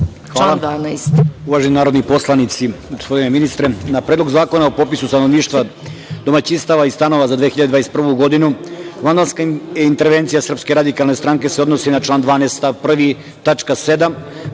Uvaženi narodni poslanici, gospodine ministre, na Predlog zakona o popisu stanovništva, domaćinstava i stanova za 2021. godinu, … intervencija Srpske radikalne stranke se odnosi na član 12.